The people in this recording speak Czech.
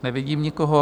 Nevidím nikoho.